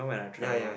ya ya